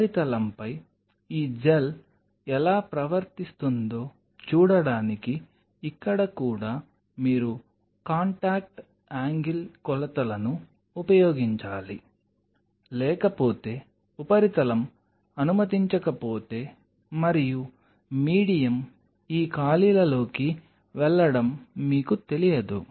ఉపరితలంపై ఈ జెల్ ఎలా ప్రవర్తిస్తుందో చూడడానికి ఇక్కడ కూడా మీరు కాంటాక్ట్ యాంగిల్ కొలతలను ఉపయోగించాలి లేకపోతే ఉపరితలం అనుమతించకపోతే మరియు మీడియం ఈ ఖాళీలలోకి వెళ్లడం మీకు తెలియదు